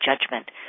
judgment